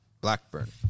Blackburn